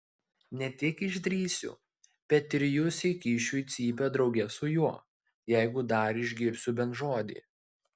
ne tik išdrįsiu bet ir jus įkišiu į cypę drauge su juo jeigu dar išgirsiu bent žodį